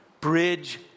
Bridge